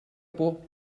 por